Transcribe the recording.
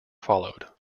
followed